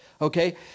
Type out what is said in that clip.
okay